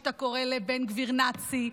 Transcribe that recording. ראיתי שאתה קורא לבן גביר "נאצי",